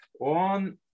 on